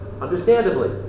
understandably